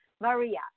Maria